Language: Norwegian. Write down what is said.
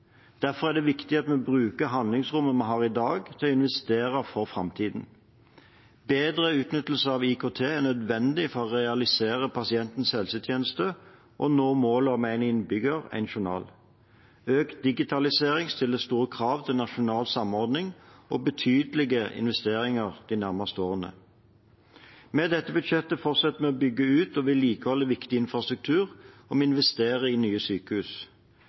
Derfor er det viktig at vi bruker handlingsrommet vi har i dag, til å investere for framtiden. Bedre utnyttelse av IKT er nødvendig for å realisere pasientens helsetjeneste og å nå målet om én innbygger – én journal. Økt digitalisering stiller store krav til nasjonal samordning og betydelige investeringer de nærmeste årene. Med dette budsjettet fortsetter vi å bygge ut og vedlikeholde viktig infrastruktur, og vi investerer i nye sykehus.